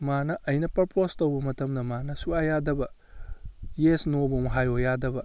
ꯃꯥꯅ ꯑꯩꯅ ꯄ꯭ꯔꯄꯣꯁ ꯇꯧꯕ ꯃꯇꯝꯗ ꯃꯥꯅ ꯁꯨꯛꯌꯥ ꯌꯥꯗꯕ ꯌꯦꯁ ꯅꯣ ꯐꯥꯎ ꯍꯥꯏꯌꯨ ꯌꯥꯗꯕ